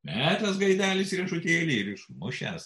metęs gaidelis riešutėlį ir išmušęs